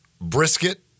brisket